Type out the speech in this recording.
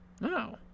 No